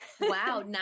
Wow